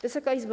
Wysoka Izbo!